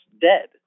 dead